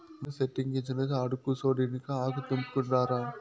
మునగ సెట్టిక్కించినది ఆడకూసోడానికా ఆకు తెంపుకుని రారా